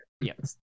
Yes